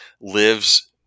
lives